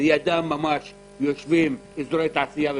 ולידם ממש יושבים אזורי תעשייה ומסחר,